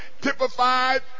typified